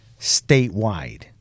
statewide